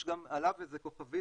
יש גם עליו איזה כוכבית,